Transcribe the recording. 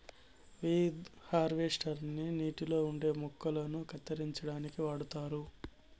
weed harvester ని నీటిలో ఉండే మొక్కలను కత్తిరించడానికి వాడుతారు